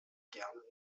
gern